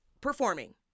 performing